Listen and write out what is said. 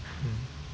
mm